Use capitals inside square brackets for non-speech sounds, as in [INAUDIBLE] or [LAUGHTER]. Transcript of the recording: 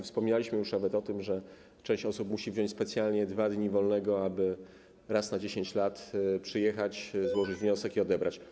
Wspominaliśmy już nawet o tym, że część osób musi wziąć specjalnie 2 dni wolnego, aby raz na 10 lat przyjechać, [NOISE] złożyć wniosek i odebrać.